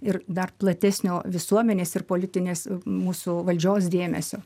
ir dar platesnio visuomenės ir politinės mūsų valdžios dėmesio